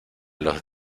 los